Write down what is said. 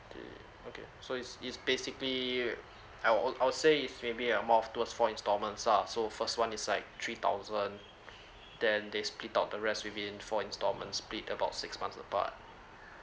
uh okay so it's it's basically uh I will I'll say it's maybe amount of towards four instalments ah so first one is like three thousand then they split out the rest within four instalment split about six months apart